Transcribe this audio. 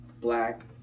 black